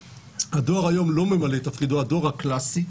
שהדואר היום לא ממלא את תפקידו, הדואר הקלסי.